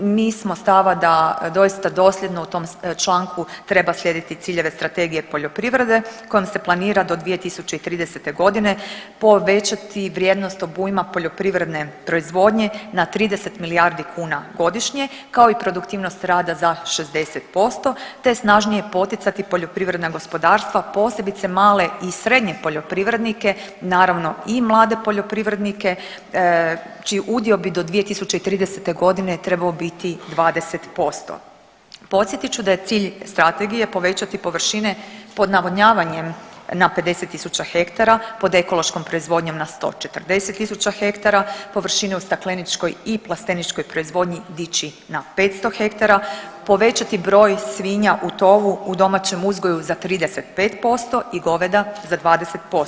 Mi smo stava da doista dosljedno u tom članku treba slijediti ciljeve strategije poljoprivrede kojom se planira do 2030.g. povećati vrijednost obujma poljoprivredne proizvodnje na 30 milijardi kuna godišnje, kao i produktivnost rada za 60%, te snažnije poticati poljoprivredna gospodarstva, posebice male i srednje poljoprivrednike, naravno i mlade poljoprivrednike čiji udio bi do 2030.g. trebao biti 20% Podsjetit ću da je cilj strategije povećati površine pod navodnjavanjem na 50 000 ha pod ekološkom proizvodnjom na 140 000 ha površine u stakleničkoj i plasteničkoj proizvodnji dići na 500 ha, povećati broj svinja u tovu u domaćem uzgoju za 35% i goveda za 20%